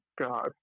God